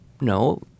No